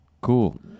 Cool